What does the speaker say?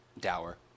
Dower